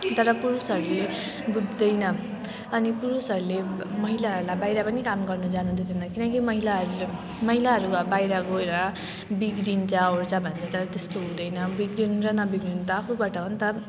तर पुरुषहरूले बुझ्दैन अनि पुरुषहरूले महिलाहरूलाई बाहिर पनि काम गर्नु जानु दिँदैन किनकि महिलाहरूले महिलाहरूलाई बाहिर गएर बिग्रिन्छओर्छ भन्छ तर त्यस्तो हुँदैन बिग्रिनु र नबिग्रिनु त आफूबाट हो नि त